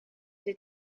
het